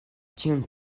tiun